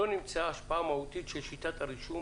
לא נמצאה השפעה מהותית של שיטת הרישום